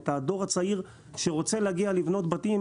את הדור הצעיר שרוצה להגיע ולבנות בתים